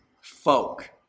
folk